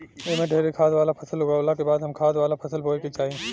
एमे ढेरे खाद वाला फसल उगावला के बाद कम खाद वाला फसल बोए के चाही